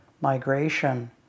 migration